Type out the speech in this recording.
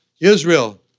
Israel